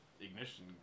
ignition